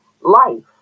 life